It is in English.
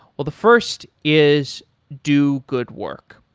well the first is do good work.